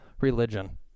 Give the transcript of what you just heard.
religion